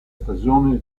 stagioni